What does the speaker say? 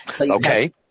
Okay